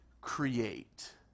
create